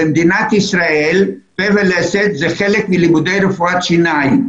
במדינת ישראל פה ולסת זה חלק מלימודי רפואת שיניים.